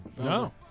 no